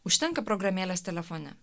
užtenka programėlės telefone